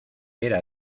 era